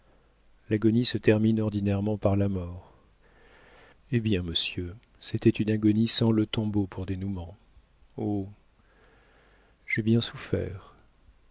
l'agonie se termine ordinairement par la mort eh bien monsieur c'était une agonie sans le tombeau pour dénouement oh j'ai bien souffert